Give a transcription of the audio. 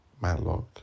matlock